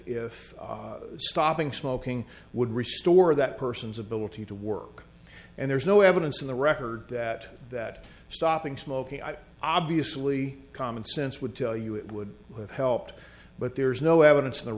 if stopping smoking would restore that person's ability to work and there's no evidence in the record that that stopping smoking i obviously common sense would tell you it would have helped but there's no evidence in the